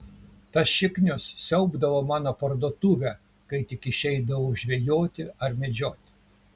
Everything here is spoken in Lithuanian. tas šiknius siaubdavo mano parduotuvę kai tik išeidavau žvejoti ar medžioti